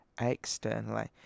externally